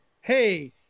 hey